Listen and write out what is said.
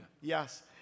Yes